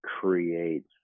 creates